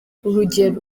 urugero